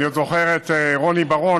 אני זוכר שרוני בר-און,